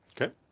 Okay